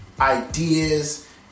ideas